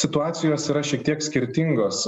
situacijos yra šiek tiek skirtingos